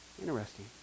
Interesting